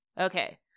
Okay